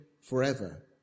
forever